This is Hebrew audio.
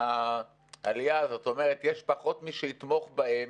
כלומר יש פחות מי שיתמוך בהם